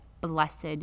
Blessed